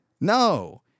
No